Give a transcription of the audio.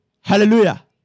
Hallelujah